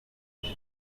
ziri